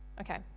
Okay